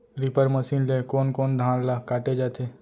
Reaper machine ले कोन कोन धान ल काटे जाथे?